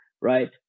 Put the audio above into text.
right